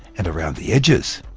and around the edges.